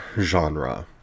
genre